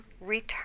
return